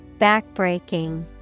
Backbreaking